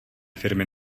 firmy